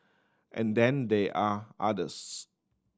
and then they are others